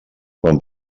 quan